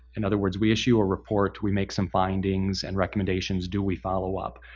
in other words, we issue a report, we make some findings and recommendations, do we follow up?